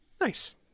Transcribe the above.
Nice